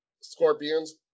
Scorpion's